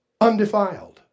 undefiled